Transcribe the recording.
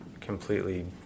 completely